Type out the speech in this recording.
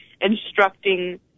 instructing